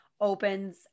opens